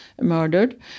murdered